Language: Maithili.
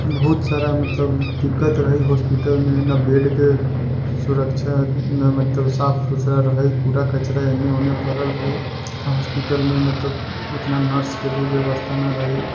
बहुत सारा मतलब दिक्कत रहै हॉस्पिटलमे नहि बेडके सुरक्षा नहि मतलब साफ सुथरा रहै कूड़ा कचरा एने ओने पड़ल रहै हॉस्पिटलमे मतलब ओतना नर्सके भी व्यवस्था नहि रहै